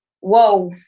Whoa